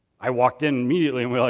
i walked in immediately and went